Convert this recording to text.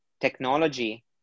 technology